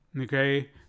Okay